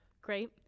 Great